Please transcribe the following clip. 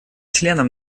членам